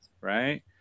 Right